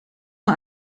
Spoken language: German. mal